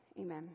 Amen